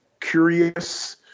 curious